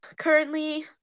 Currently